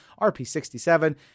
RP67